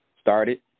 started